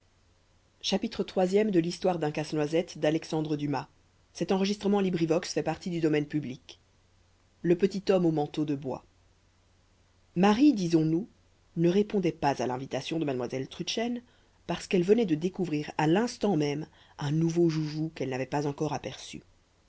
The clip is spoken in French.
le parrain drosselmayer ne sont que les personnages accessoires marie disons-nous ne répondait pas à l'invitation de mademoiselle trudchen parce qu'elle venait de découvrir à l'instant même un nouveau joujou qu'elle n'avait pas encore aperçu